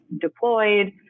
deployed